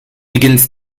begins